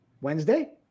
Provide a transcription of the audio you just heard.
Wednesday